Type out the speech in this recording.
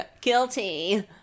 Guilty